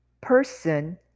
person